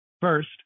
First